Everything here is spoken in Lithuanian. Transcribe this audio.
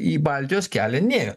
į baltijos kelią nėjo